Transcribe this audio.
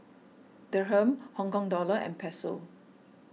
Dirham Hong Kong Dollar and Peso